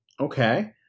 Okay